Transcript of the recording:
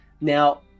Now